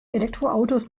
elektroautos